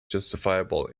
justifiable